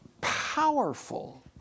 powerful